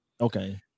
Okay